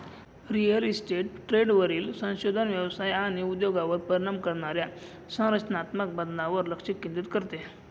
real estate ट्रेंडवरील संशोधन व्यवसाय आणि उद्योगावर परिणाम करणाऱ्या संरचनात्मक बदलांवर लक्ष केंद्रित करते